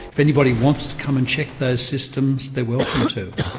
if anybody wants to come and check those systems, they're welcome to.